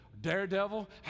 Daredevil